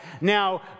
Now